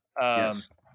Yes